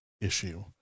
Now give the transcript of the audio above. issue